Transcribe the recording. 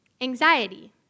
anxiety